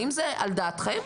האם זה על דעתכם?